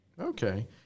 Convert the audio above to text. Okay